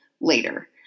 later